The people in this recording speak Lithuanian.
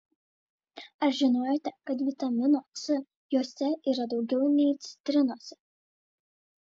ar žinojote kad vitamino c jose yra daugiau nei citrinose